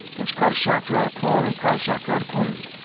it was quite a shock to write a poem, and quite a shock to write a poem,